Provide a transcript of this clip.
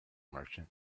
merchant